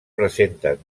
presenten